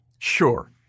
Sure